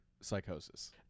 psychosis